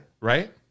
Right